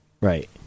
Right